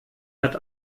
hat